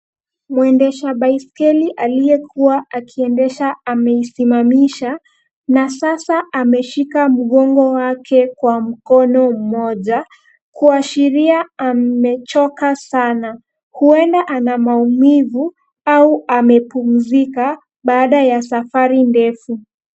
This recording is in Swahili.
Mwendesha baiskeli ailyekuwa akiendesha ameisimamisha na sasa ameshika mgongo wake kwa mkono mmoja kuashiria amechoka sana. Huenda ana maumivu au amepumzika baada ya safari ndefu.